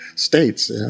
states